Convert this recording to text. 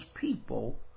people